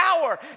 power